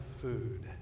food